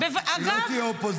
היא לא תהיה אופוזיציה לוועדה.